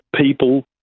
people